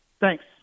Thanks